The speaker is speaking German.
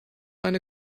eine